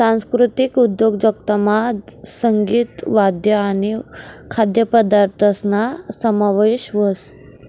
सांस्कृतिक उद्योजकतामा संगीत, वाद्य आणि खाद्यपदार्थसना समावेश व्हस